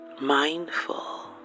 mindful